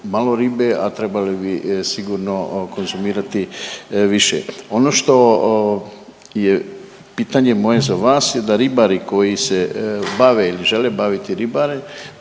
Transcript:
malo ribe, a trebali bi sigurno konzumirati više. Ono što je pitanje moje za vas, da ribari koji se bave, žele baviti ribare,